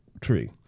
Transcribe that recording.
tree